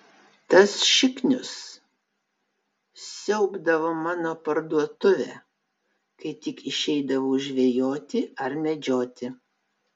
tas šiknius siaubdavo mano parduotuvę kai tik išeidavau žvejoti ar medžioti